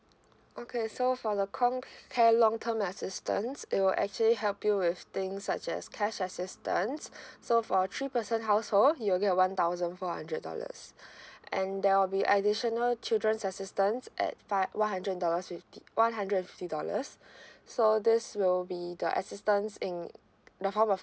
okay so for the comcare long term assistance it will actually help you with things such as cash assistance so for three person household you'll get a one thousand four hundred dollars and there will be additional children's assistance at five one hundred dollars fifty one hundred fifty dollars so this will be the assistance in the form of